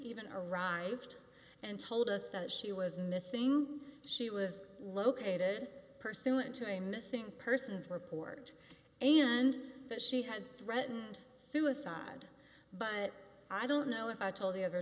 even arrived and told us that she was missing she was located pursuant to a missing persons report and that she had threatened suicide but i don't know if i told